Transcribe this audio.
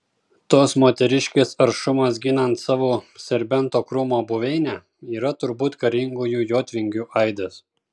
tos moteriškės aršumas ginant savo serbento krūmo buveinę yra turbūt karingųjų jotvingių aidas